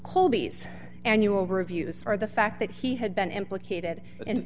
colby's annual reviews for the fact that he had been implicated in